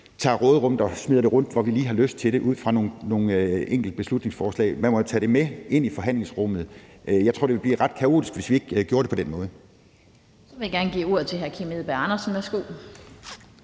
tager råderummet og smider det rundt, hvor vi lige har lyst til det i forbindelse med nogle enkelte beslutningsforslag. Man må jo tage det med ind i forhandlingsrummet. Jeg tror, det ville blive ret kaotisk, hvis vi ikke gjorde det på den måde. Kl. 12:59 Den fg. formand (Annette